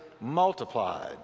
multiplied